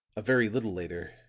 a very little later